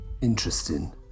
Interesting